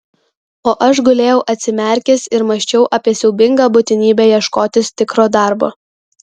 o aš gulėjau atsimerkęs ir mąsčiau apie siaubingą būtinybę ieškotis tikro darbo